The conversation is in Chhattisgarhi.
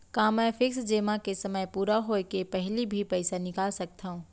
का मैं फिक्स जेमा के समय पूरा होय के पहिली भी पइसा निकाल सकथव?